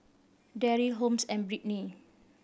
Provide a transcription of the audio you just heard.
Darryl Holmes and Brittney